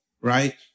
right